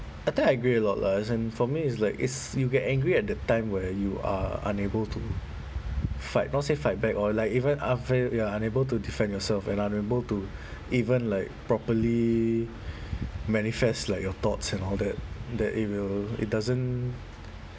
I think I agree a lot lah as in for me is like is you get angry at the time where you are unable to fight not say fight back or like even unf~ you are unable to defend yourself and unable to even like properly manifest like your thoughts and all that that it will it doesn't